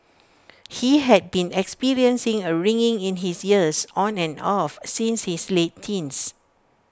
he had been experiencing A ringing in his ears on and off since his late teens